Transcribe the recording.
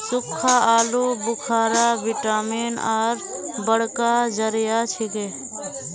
सुक्खा आलू बुखारा विटामिन एर बड़का जरिया छिके